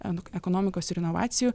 ekonomikos ir inovacijų